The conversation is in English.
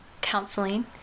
counseling